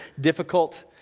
difficult